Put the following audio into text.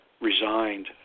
resigned